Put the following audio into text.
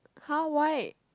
how why